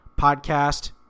Podcast